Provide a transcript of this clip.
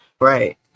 Right